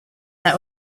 that